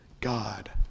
God